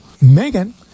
Megan